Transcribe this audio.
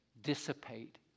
dissipate